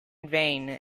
vain